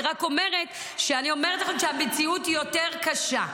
אני רק אומרת לכם שהמציאות היא יותר קשה.